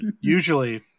usually